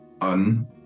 un